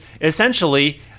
essentially –